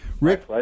Rick